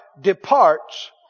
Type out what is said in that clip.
departs